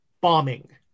bombing